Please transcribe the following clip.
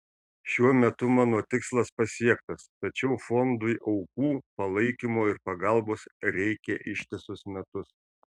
šiuo metu mano tikslas pasiektas tačiau fondui aukų palaikymo ir pagalbos reikia ištisus metus